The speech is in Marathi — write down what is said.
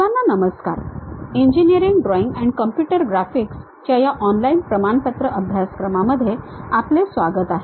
सर्वांना नमस्कार engineering drawing and computer graphics च्या या ऑनलाईन प्रमाणपत्र अभ्यासक्रमामध्ये आपले स्वागत आहे